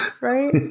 Right